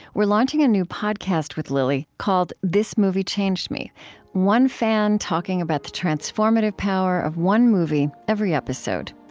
we're launching a new podcast with lily, called this movie changed me one fan talking about the transformative power of one movie, every episode.